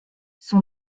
son